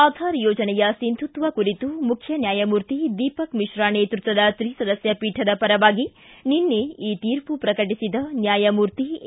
ಆಧಾರ್ ಯೋಜನೆಯ ಸಿಂಧುತ್ವ ಕುರಿತು ಮುಖ್ಯ ನ್ಯಾಯಮೂರ್ತಿ ದೀಪಕ್ ಮಿಶ್ರಾ ನೇತೃತ್ವದ ತ್ರಿಸದಸ್ಕ ಪೀಠದ ಪರವಾಗಿ ನಿನ್ನೆ ಈ ತೀರ್ಮ ಪ್ರಕಟಿಸದ ನ್ಯಾಯಮೂರ್ತಿ ಎ